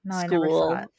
school